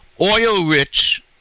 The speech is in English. oil-rich